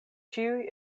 ĉiuj